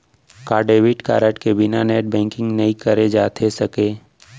का debit card के बिना नेट बैंकिंग नई करे जाथे सके?